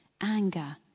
anger